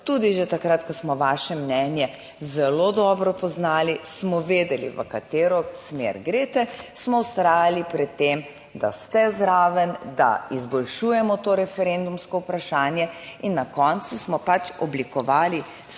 tudi že takrat, ko smo vaše mnenje zelo dobro poznali, smo vedeli, v katero smer greste, smo vztrajali pri tem, da ste zraven, da izboljšujemo to referendumsko vprašanje. In na koncu smo pač oblikovali